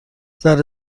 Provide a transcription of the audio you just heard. ذره